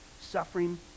Suffering